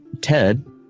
Ted